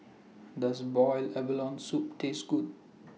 Does boiled abalone Soup Taste Good